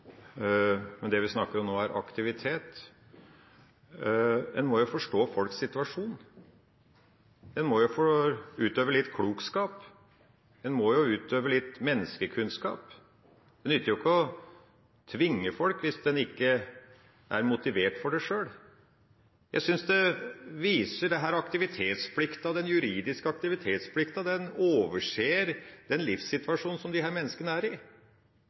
Men det vi snakker om nå, er aktivitet. En må jo forstå folks situasjon, en må få utøve litt klokskap, en må jo utøve litt menneskekunnskap. Det nytter ikke å tvinge folk hvis en ikke er motivert for det sjøl. Jeg syns det viser at den juridiske aktivitetsplikten overser den livssituasjonen som disse menneskene er i.